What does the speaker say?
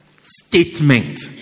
statement